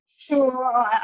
Sure